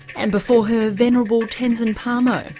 and before her venerable tenzin palmo,